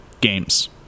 games